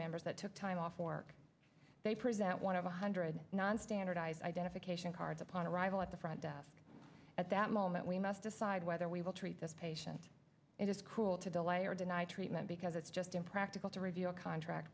members that took time off work they present one of a hundred non standardized identification cards upon arrival at the front desk at that moment we must decide whether we will treat this patient it is cruel to the layer denied treatment because it's just impractical to review a contract